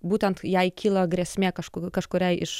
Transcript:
būtent jei kyla grėsmė kažku kažkuriai iš